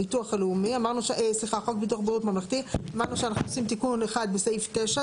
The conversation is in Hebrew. אמרנו שאנחנו עושים תיקון אחד בסעיף 9,